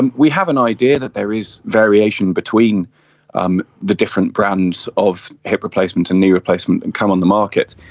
and we have an idea that there is variation between um the different brands of hip replacements and knee replacements that and come on the market.